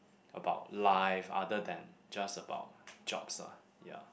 about life other than just about jobs ah ya